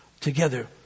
together